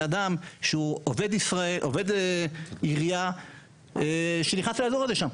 אדם שהוא עובד עירייה שנכנס לאזור הזה שם?